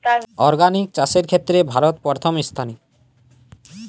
organic চাষের ক্ষেত্রে ভারত প্রথম স্থানে